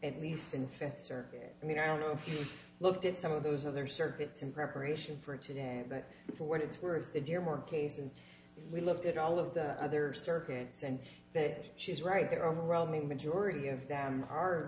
at least in fifth circuit i mean i don't know if you looked at some of those other circuits in preparation for today but for what it's worth the dear more cases we looked at all of the other circuits and that she's right there overwhelming majority of them are